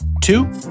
Two